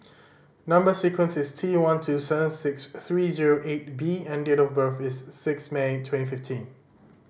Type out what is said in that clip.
number sequence is T one two seven six three zero eight B and date of birth is six May twenty fifteen